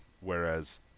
whereas